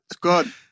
good